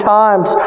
times